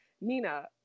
Nina